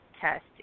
test